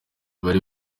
bari